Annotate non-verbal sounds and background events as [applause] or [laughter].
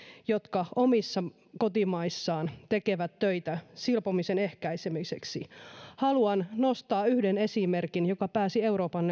jotka omissa kotimaissaan tekevät töitä silpomisen ehkäisemiseksi haluan nostaa yhden esimerkin joka pääsi euroopan [unintelligible]